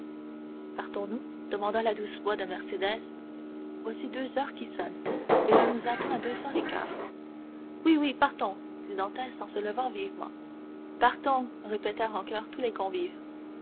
partons-nous demanda la douce voix de mercédès voici deux heures qui sonnent et l'on nous attend à deux heures un quart oui oui partons dit dantès en se levant vivement partons répétèrent en choeur tous les convives